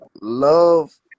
love